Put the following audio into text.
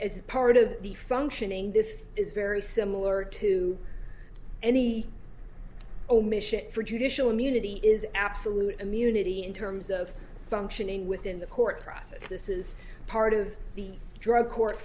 s part of the functioning this is very similar to any omission for judicial immunity is absolute immunity in terms of functioning within the court process this is part of the drug court